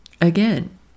Again